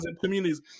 communities